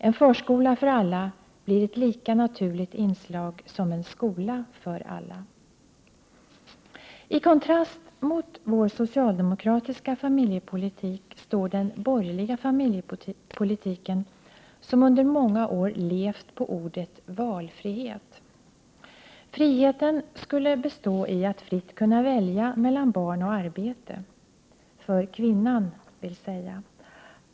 En förskola för alla blir ett lika naturligt inslag som en skola för alla. I kontrast mot vår socialdemokratiska familjepolitik står den borgerliga familjepolitiken, som under många år levt på ordet valfrihet. Friheten skulle bestå i att fritt kunna välja mellan barn och arbete, dvs. för kvinnan.